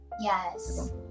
yes